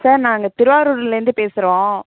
sir நான் திருவாரூர்லேருந்து பேசுகிறோம்